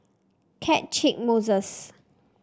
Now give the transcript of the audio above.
Catchick Moses